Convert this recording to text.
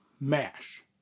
MASH